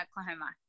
Oklahoma